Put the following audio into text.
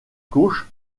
gauche